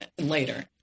later